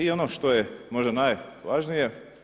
I ono što je možda najvažnije.